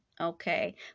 okay